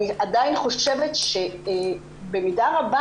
אני עדיין חושבת שבמידה רבה,